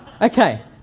Okay